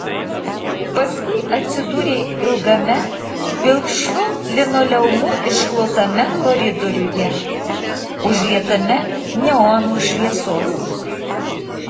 paskui atsidūrė ilgame pilkšvu linoleumu išklotame koridoriuje užlietame neonų šviesos